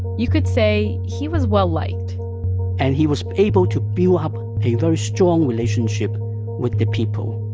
you could say he was well-liked and he was able to build up a very strong relationship with the people.